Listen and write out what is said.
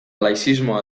laizismoa